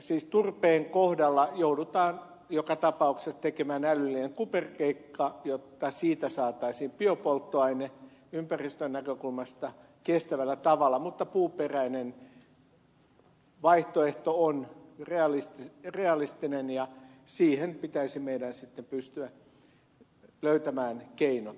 siis turpeen kohdalla joudutaan joka tapauksessa tekemään älyllinen kuperkeikka jotta siitä saataisiin biopolttoaine ympäristön näkökulmasta kestävällä tavalla mutta puuperäinen vaihtoehto on realistinen ja siihen pitäisi meidän sitten pystyä löytämään keinot